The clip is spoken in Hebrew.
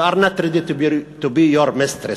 We are not ready to be your mistress.